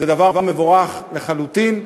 זה דבר מבורך לחלוטין.